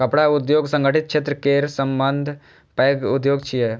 कपड़ा उद्योग संगठित क्षेत्र केर सबसं पैघ उद्योग छियै